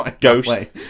Ghost